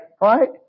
Right